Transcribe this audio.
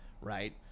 Right